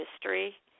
History